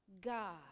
God